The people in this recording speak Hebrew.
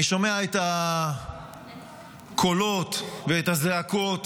אני שומע את הקולות ואת הזעקות